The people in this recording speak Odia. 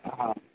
ହଁ